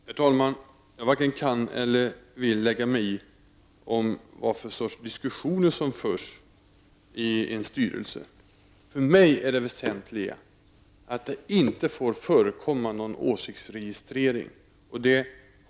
Herr talman! Jag varken kan eller vill lägga mig i vilka diskussioner som förs i en styrelse. För mig är det väsentliga att det inte får förekomma någon åsiktsregistrering.